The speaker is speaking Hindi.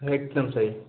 एकदम सही